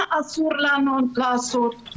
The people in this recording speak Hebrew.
מה אסור לנו לעשות.